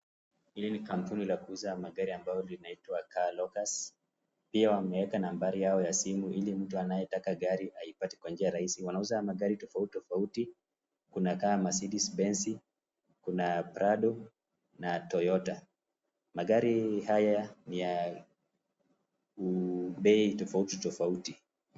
Hili ni kampuni ya kuuza magari ambayo linaitwa Car Locus. Pia, wameweka nambari yao ya simu ili mtu anayetaka gari aipate kwa njia ya urahisi. Wanauza magari tofauti tofauti. Kuna kama Mercedes Benz, kuna Prado na Toyota. Magari haya ni ya bei tofauti tofauti.